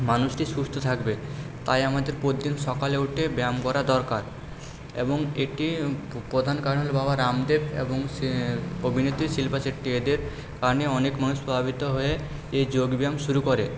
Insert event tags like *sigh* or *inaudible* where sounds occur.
মানুষটি সুস্থ থাকবে তাই আমাদের *unintelligible* সকালে উঠে ব্যায়াম করা দরকার এবং এটি প্রধান কারণ হলো বাবা রামদেব এবং সেই অভিনেত্রী শিল্পা শেট্টি এদের কারনেই অনেক মানুষ প্রভাবিত হয়ে এই যোগব্যায়াম শুরু করে